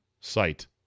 site